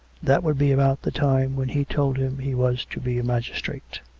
that would be about the time when he told him he was to be a magistrate.